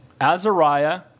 Azariah